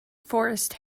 forrest